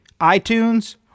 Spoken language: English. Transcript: iTunes